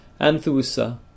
Anthusa